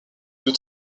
due